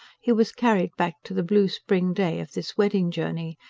he was carried back to the blue spring day of this wedding-journey,